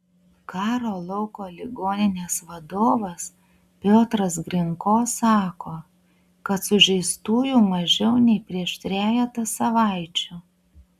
karo lauko ligoninės vadovas piotras grinko sako kad sužeistųjų mažiau nei prieš trejetą savaičių